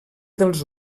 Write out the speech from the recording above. dels